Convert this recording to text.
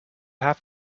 have